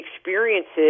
experiences